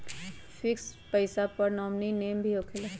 Fix पईसा पर nominee name भी होकेला?